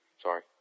Sorry